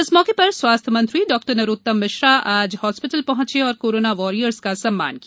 इस मौके पर स्वास्थ्य मंत्री डॉक्टर नरोत्तम मिश्रा आज हॉस्पिटल पहचे और कोरोना वॉरियर्स का सम्मान किया